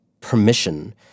permission